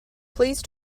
please